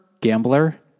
gambler